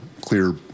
clear